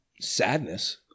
sadness